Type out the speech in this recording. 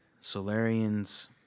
Solarians